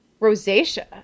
rosacea